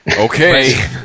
Okay